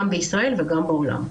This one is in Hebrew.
גם בישראל וגם בעולם.